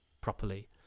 properly